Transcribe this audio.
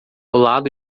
lado